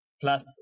plus